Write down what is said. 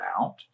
out